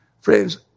Friends